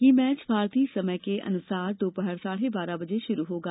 यह मैच भारतीय समयानुसार दोपहर साढ़े बारह बजे शुरू होगा